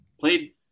Played